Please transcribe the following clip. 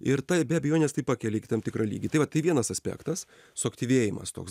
ir tai be abejonės tai pakelia į tam tikrą lygį tai va tai vienas aspektas suaktyvėjimas toks